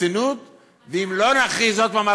אז השר נכנס במאי.